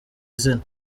izina